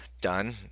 done